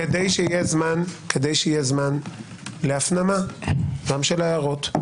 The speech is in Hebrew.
לכן כדי שיהיה זמן להפנמה גם של ההערות,